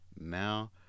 now